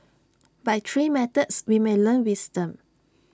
by three methods we may learn wisdom